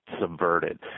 subverted